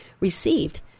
received